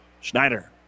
Schneider